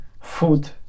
food